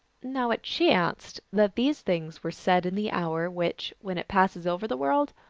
now it chanced that these things were said in the hour which, when it passes over the world,